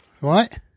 right